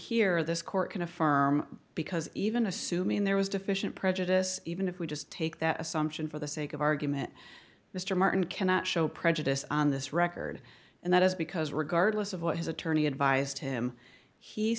here this court can affirm because even assuming there was deficient prejudice even if we just take that assumption for the sake of argument mr martin cannot show prejudice on this record and that is because regardless of what his attorney advised him he